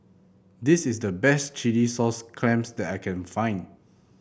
this is the best Chilli Sauce Clams that I can find